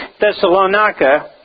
Thessalonica